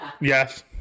Yes